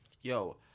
Yo